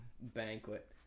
banquet